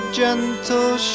gentle